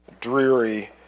dreary